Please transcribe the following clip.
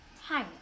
Hi